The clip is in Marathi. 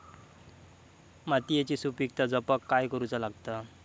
मातीयेची सुपीकता जपाक काय करूचा लागता?